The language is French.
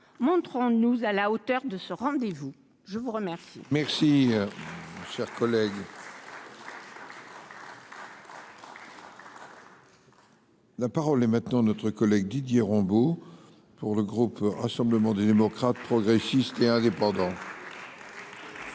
montrons-nous à la hauteur de ce rendez-vous, je vous remercie. Merci, cher collègue. La parole est maintenant notre collègue Didier Rambaud pour le groupe Rassemblement des démocrates progressistes et indépendants.